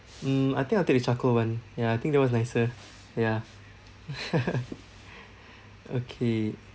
mm I think I'll take the charcoal [one] ya I think that was nicer ya okay